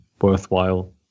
worthwhile